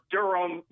Durham